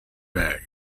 bag